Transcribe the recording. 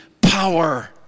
power